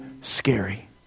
scary